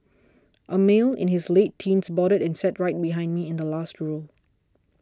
a male in his late teens boarded and sat right behind me in the last row